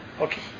Okay